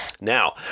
Now